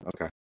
Okay